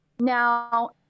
Now